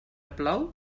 plou